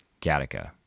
Gattaca